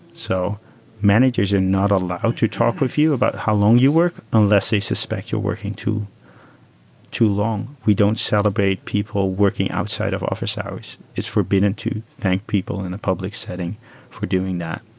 so managers are not allowed to talk with you about how long you work unless they're suspect you're working too too long. we don't celebrate people working outside of office hours. it's forbidden to thank people in a public setting for doing that.